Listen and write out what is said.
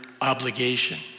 obligation